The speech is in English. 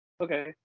Okay